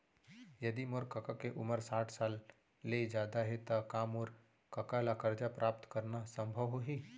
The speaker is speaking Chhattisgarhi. यदि मोर कका के उमर साठ साल ले जादा हे त का मोर कका ला कर्जा प्राप्त करना संभव होही